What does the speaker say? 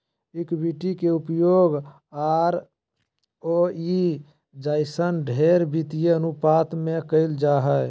equity के उपयोग ROE जइसन ढेर वित्तीय अनुपात मे करल जा हय